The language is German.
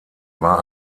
war